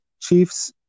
chief's